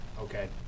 Okay